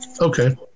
okay